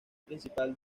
principal